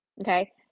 Okay